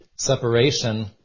separation